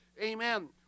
Amen